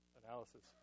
analysis